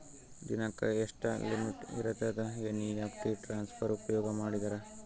ದಿನಕ್ಕ ಎಷ್ಟ ಲಿಮಿಟ್ ಇರತದ ಎನ್.ಇ.ಎಫ್.ಟಿ ಟ್ರಾನ್ಸಫರ್ ಉಪಯೋಗ ಮಾಡಿದರ?